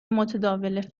متداول